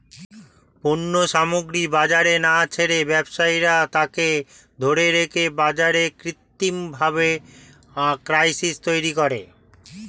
পণ্য সামগ্রী বাজারে না ছেড়ে ব্যবসায়ীরা তাকে ধরে রেখে বাজারে কৃত্রিমভাবে ক্রাইসিস তৈরী করে